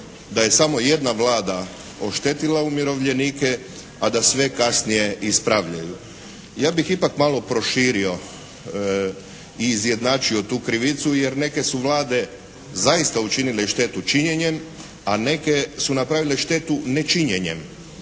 da je samo jedna Vlada oštetila umirovljenike, a da sve kasnije ispravljaju. Ja bih ipak malo proširio i izjednačio tu krivicu, jer neke su Vlade zaista učinile štetu činjenjem, a neke su napravile štetu nečinjenjem.